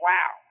Wow